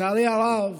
לצערי הרב,